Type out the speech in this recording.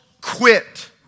quit